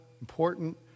important